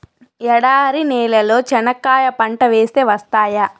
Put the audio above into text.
ఎడారి నేలలో చెనక్కాయ పంట వేస్తే వస్తాయా?